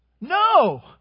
No